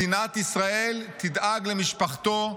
מדינת ישראל תדאג למשפחתו,